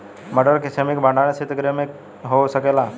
मटर के छेमी के भंडारन सितगृह में हो सकेला?